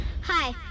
Hi